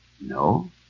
No